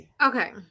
Okay